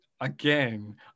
again